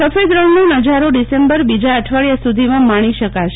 સફેદ રણનો નઝારો ડીસેમ્બર બીજા અઠવાડિયા સુધીમાં માણી શકાશે